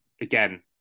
again